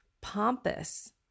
pompous